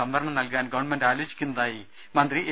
സംവരണം നൽകാൻ ഗവർണമെന്റ് ആലോചിക്കുന്നതായി മന്ത്രി എ